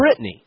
Britney